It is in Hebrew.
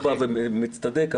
אני לא מצטדק,